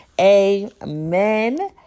Amen